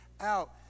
out